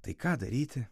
tai ką daryti